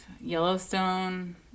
Yellowstone